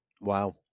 Wow